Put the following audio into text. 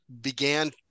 began